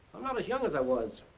i'm not as young as i was.